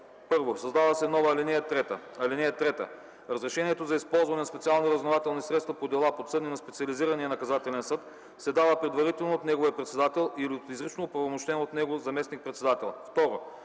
1. Създава се нова ал. 3: „(3) Разрешението за използване на специални разузнавателни средства по дела, подсъдни на Специализирания наказателен съд, се дава предварително от неговия председател или от изрично оправомощен от него заместник-председател.”